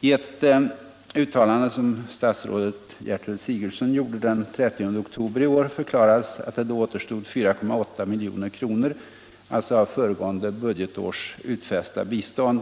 I ett uttalande som statsrådet Gertrud Sigurdsen gjorde den 30 oktober i år förklarades att det då återstod 4,8 milj.kr., alltså av föregående budgetårs utfästa bistånd.